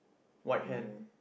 white hand